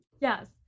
Yes